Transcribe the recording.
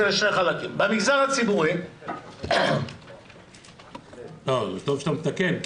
לשני חלקים --- זה טוב שאתה מתקן,